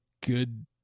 good